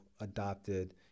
adopted